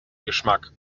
geschmack